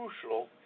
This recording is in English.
crucial